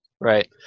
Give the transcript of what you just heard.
Right